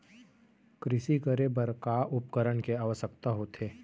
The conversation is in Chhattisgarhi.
कृषि करे बर का का उपकरण के आवश्यकता होथे?